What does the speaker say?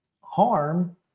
harm